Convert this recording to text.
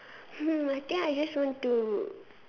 mm I think I just want to